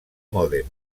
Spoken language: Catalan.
mòdem